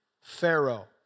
Pharaoh